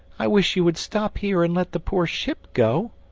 i wish you would stop here, and let the poor ship go.